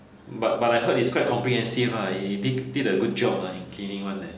but but I heard it's quite comprehensive lah it did did a good job in cleaning [one ]leh